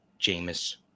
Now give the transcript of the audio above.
Jameis